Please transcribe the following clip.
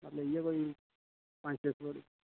मतलब एह् ही कोई पंज छे सौ धोड़ी